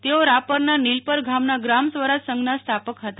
તેઓ રાપરના નીલપર ગામના ગ્રામ સ્વરાજ સંઘના સ્થાપક હતા